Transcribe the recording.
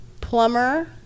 Plumber